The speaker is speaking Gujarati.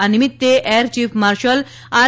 આ નિમિત્તે એર યીફ માર્શલ આર